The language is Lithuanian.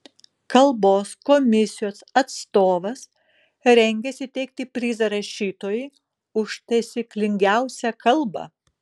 kalbos komisijos atstovas rengiasi įteikti prizą rašytojui už taisyklingiausią kalbą